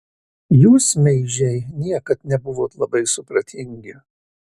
jūs meižiai niekad nebuvot labai supratingi